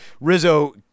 Rizzo